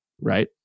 right